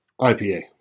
IPA